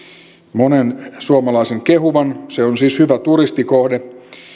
monen suomalaisen kehuvan se on siis hyvä turistikohde